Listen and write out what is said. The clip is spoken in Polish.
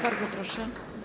Bardzo proszę.